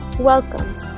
Welcome